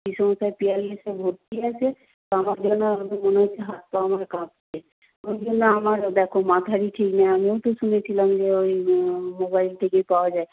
পিসেমশাই পিয়ারলেসে ভর্তি আছে তো আমাকে মনে হচ্ছে হাত পা আমার কাঁপছে ওই জন্য আমার দেখো মাথারই ঠিক নেই আমিও তো শুনেছিলাম যে ওই মোবাইলে টিকিট পাওয়া যায়